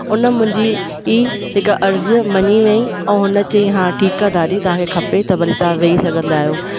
उन मुंहिंजी ई हिकु अर्ज़ मञी वेई ऐं हुन चईं हा ठीकु आहे दादी तव्हांखे खपे त भले तव्हां वेही सघंदा आहियो